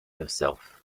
yourself